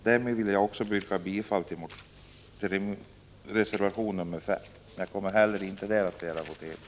Därmed vill jag också yrka bifall till reservation 5. Jag kommer inte heller i fråga om denna reservation att begära votering.